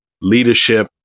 leadership